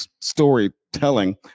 storytelling